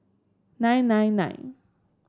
nine nine nine